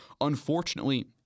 unfortunately